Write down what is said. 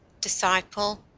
Disciple